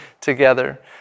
together